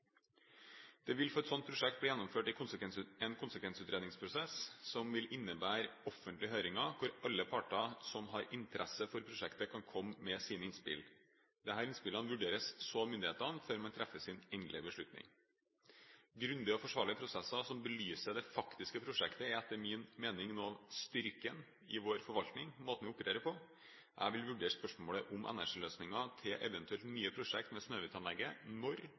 Det vil for et slikt prosjekt bli gjennomført en konsekvensutredningsprosess, som vil innebære offentlige høringer, hvor alle parter som har interesse for prosjektet, kan komme med sine innspill. Disse innspillene vurderes så av myndighetene, før man treffer sin beslutning. Grundige og forsvarlige prosesser som belyser det faktiske prosjektet, er etter min mening noe av styrken i vår forvaltning, i måten vi opererer på. Jeg vil vurdere spørsmålet om energiløsninger til eventuelt nye prosjekter ved Snøhvit-anlegget når